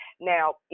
Now